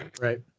Right